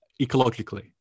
ecologically